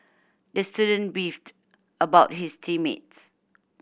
the student beefed about his team mates